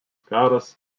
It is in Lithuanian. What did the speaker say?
karas